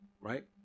right